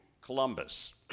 Columbus